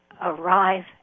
Arrive